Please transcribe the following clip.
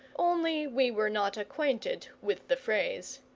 only we were not acquainted with the phrase.